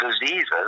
diseases